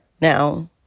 Now